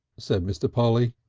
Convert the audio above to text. said mr. polly.